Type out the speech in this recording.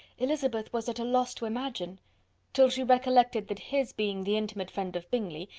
elizabeth was at a loss to imagine till she recollected that his being the intimate friend of bingley,